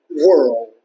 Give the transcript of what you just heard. world